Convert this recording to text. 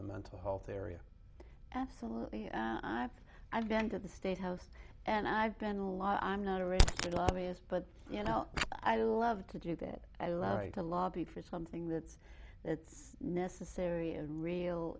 the mental health area absolutely i've i've been to the state house and i've been a lot i'm not a registered lobbyist but you know i love to do that i love to lobby for something that's it's necessary and real